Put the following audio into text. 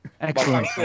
Excellent